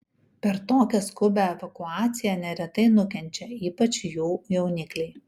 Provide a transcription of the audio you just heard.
per tokią skubią evakuaciją neretai nukenčia ypač jų jaunikliai